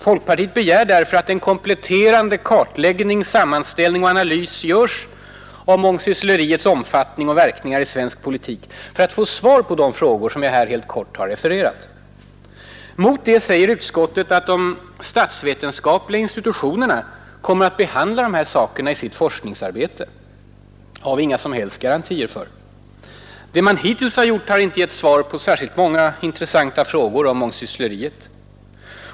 Folkpartiet begär därför att en kompletterande kartläggning, sammanställning och analys görs om mångsyssleriets omfattning och verkningar i svensk politik för att få svar på de frågor som jag här helt kort har refererat. Mot det säger utskottet att de statsvetenskapliga institutionerna kommer att behandla de här sakerna i sitt forskningsarbete. Det har vi inga som helst garantier för. Det man hittills har gjort har inte gett svar på särskilt många intressanta frågor om mångsyssleriet.